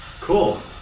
cool